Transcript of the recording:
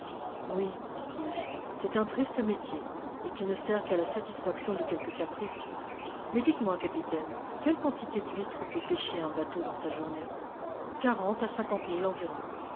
oui dis-je c'est un triste métier et qui ne sert qu'à la satisfaction de quelques caprices mais dites-moi capitaine quelle quantité d'huîtres peut pêcher un bateau dans sa journée quarante à cinquante mille environ